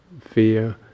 fear